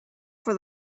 for